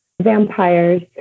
vampires